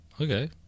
Okay